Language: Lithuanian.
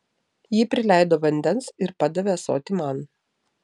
ji prileido vandens ir padavė ąsotį man